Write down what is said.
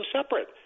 separate